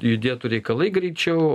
judėtų reikalai greičiau